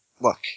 Look